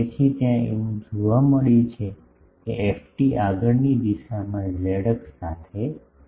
તેથી ત્યાં એવું જોવા મળ્યું છે કે ft આગળની દિશામાં ઝેડ અક્ષ સાથે છે